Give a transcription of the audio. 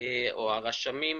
או הרשמים.